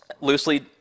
loosely